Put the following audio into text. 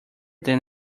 than